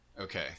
Okay